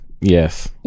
yes